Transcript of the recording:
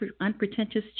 unpretentious